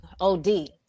od